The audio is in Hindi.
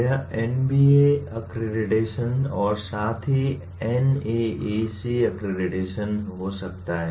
यह एनबीए अक्रेडिटेशन और साथ ही एनएएसी अक्रेडिटेशन हो सकता है